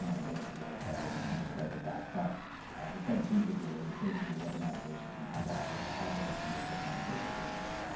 you know the vacancy rates there. i didn't come prepared with that. but the seventeen figure is basically what the navigation team has offered, has at their fingertips on a daily basis.